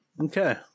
Okay